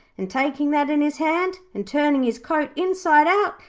and taking that in his hand and turning his coat inside out,